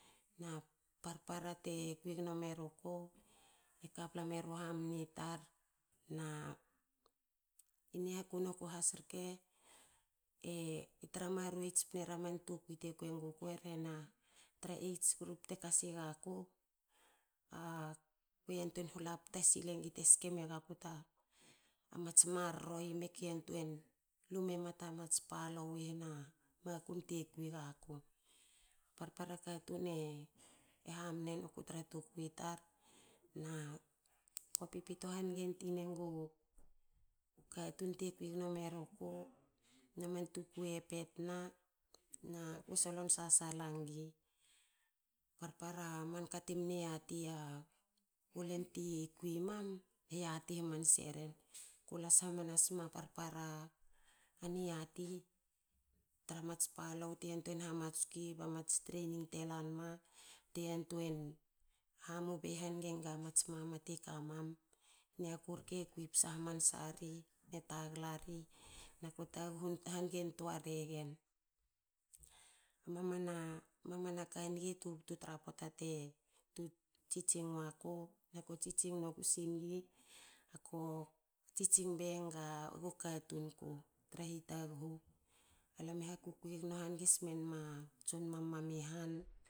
Na parpara te kwi gno meruku. e kabla meru hamna itar i niaku noku has rke. e tra maruei tspnera man tukui te kweng guku. E rhe na tra age group te kasigaku akue yantuei hla pta silengi te ske megaku ta mats marro i me ke yantuei lu mema ta mats palou i hna makum te kwi gaku. Parpara katun e hamne ruku tra tukui tar. na kue pipito hange tin engu u katun te kui gno meruku na man tukui e petna na kue solon sasala ngi. Parpara manka te mne yati ulen ti kui mam. e yati hamanse ren. Kulas hamannasma parpara a niati tra mats palou te yantuen hamatskui ba mats training te lanma bte yantuei hamu bei enga amats mama tika mam. Niaku rke kui psa hamansa ri. e tagla ri kba kue taghu hangen toa regen. Mamana mamana ka nge tubtu tra pota tu tu tsitsing maku na kue tsitsing noku singi. Aku tsitsing bei enge go katun ku tra hitaghu. Alam e ha kukui hange smenga tson mam mam i han.